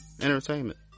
Entertainment